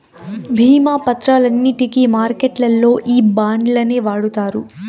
భీమా పత్రాలన్నింటికి మార్కెట్లల్లో ఈ బాండ్లనే వాడుతారు